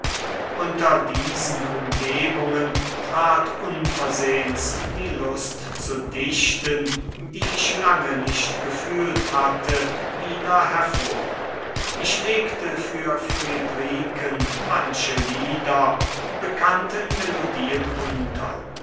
unter diesen umgebungen trat unversehens die lust zu dichten die ich lange nicht gefühlt hatte wieder hervor ich legte für friedriken manche lieder bekannten melodien unter